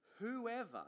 whoever